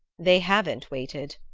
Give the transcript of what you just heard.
they haven't waited,